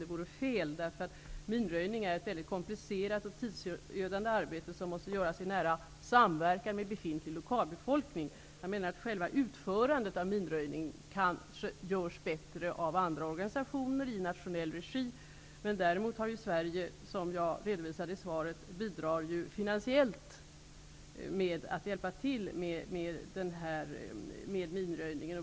Det vore fel, därför att minröjning är ett väldigt komplicerat och tidsödande arbete som måste göras i nära samverkan med befintlig lokalbefolkning. Själva minröjningen utförs kanske bättre av andra i nationell regi. Däremot bidrar Sverige, som jag redovisade i svaret, finansiellt till minröjningen.